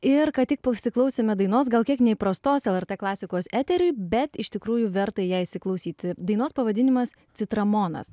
ir ką tik pasiklausėme dainos gal kiek neįprastos lrt klasikos eteriui bet iš tikrųjų verta į ją įsiklausyti dainos pavadinimas citramonas